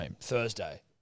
Thursday